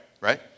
Right